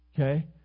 Okay